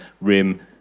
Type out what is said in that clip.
RIM